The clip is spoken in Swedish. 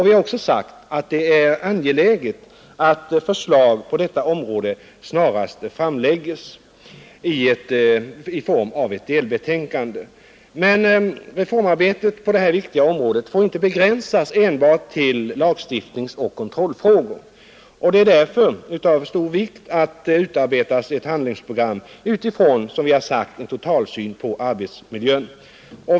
Vi har också sagt att det är angeläget att förslag snarast framlägges i form av delbetänkande. Men reformarbetet på detta viktiga område får inte begränsas till enbart lagstiftningsoch kontrollfrågor. Det är därför av stor vikt att det utarbetas ett handlingsprogram med utgångspunkt i en totalsyn på arbetsmiljön.